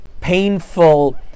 painful